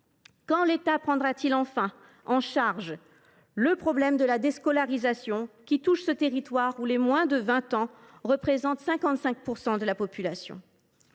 Quand l’État prendra t il enfin en charge le problème de déscolarisation qui touche ce territoire où les moins de 20 ans représentent 55 % de la population ?